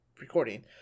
recording